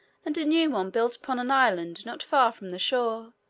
and a new one built upon an island not far from the shore,